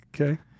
Okay